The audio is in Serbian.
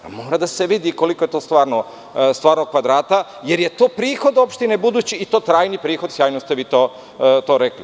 Mora da se vidi koliko je to stvarno kvadrata jer je to prihod opštine budući i to trajni prihod, sjajno ste vi to rekli.